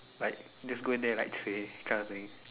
like just go in there like train kind of thing